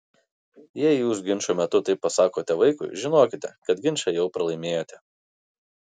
jei jūs ginčo metu taip pasakote vaikui žinokite kad ginčą jau pralaimėjote